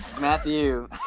Matthew